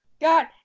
God